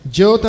yo